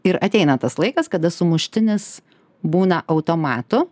ir ateina tas laikas kada sumuštinis būna automatu